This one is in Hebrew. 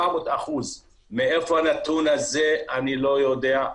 700% - מאיפה הנתון הזה אני לא יודע.